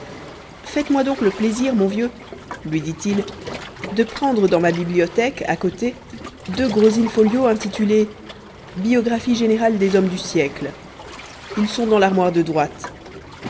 faites-moi donc le plaisir mon vieux lui dit-il de prendre dans ma bibliothèque à côté deux gros in-folio intitulés biographie générale des hommes du siècle ils sont dans l'armoire de droite